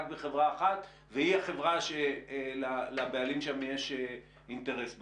בחברה אחת והיא החברה שלבעלים שם יש אינטרס בה.